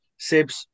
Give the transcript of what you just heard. Sibs